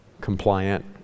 compliant